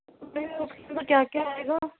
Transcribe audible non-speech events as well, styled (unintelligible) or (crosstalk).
(unintelligible) کیا کیا آئے گا